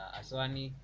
aswani